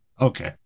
Okay